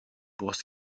brust